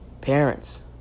parents